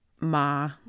ma